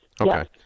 Okay